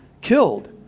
killed